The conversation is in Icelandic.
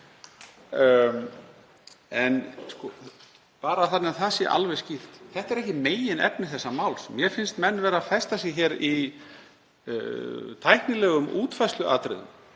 En bara þannig að það sé alveg skýrt: Þetta er ekki meginefni þessa máls. Mér finnst menn vera að festa sig í tæknilegum útfærsluatriðum.